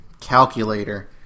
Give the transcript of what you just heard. Calculator